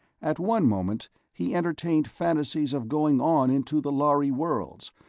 at one moment he entertained fantasies of going on into the lhari worlds,